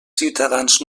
ciutadans